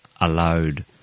allowed